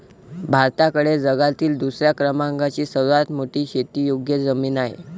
भारताकडे जगातील दुसऱ्या क्रमांकाची सर्वात मोठी शेतीयोग्य जमीन आहे